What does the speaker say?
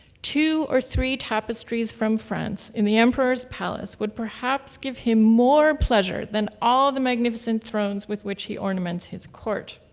two or three tapestries from france in the emperor's palace would perhaps give him more pleasure than all the magnificent thrones with which he ornaments his court.